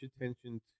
attention